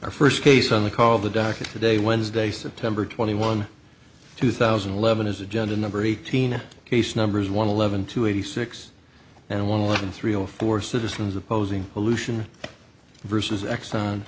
our first case on the call the docket today wednesday september twenty one two thousand and eleven is agenda number eighteen case number one eleven two eighty six and one eleven three zero for citizens opposing pollution versus exxon